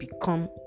become